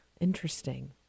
Interesting